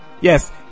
Yes